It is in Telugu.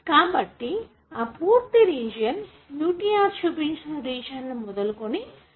కాబట్టి ఆ పూర్తి రీజియన్ UTR చూపించే రీజియన్ ను మొదలుకొని వాటిని ఎక్సన్స్ అంటాము